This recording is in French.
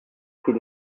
qui